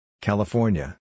California